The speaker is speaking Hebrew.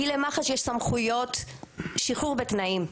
כי למח"ש יש סמכויות שחרור בתנאים.